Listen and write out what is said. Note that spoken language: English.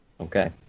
Okay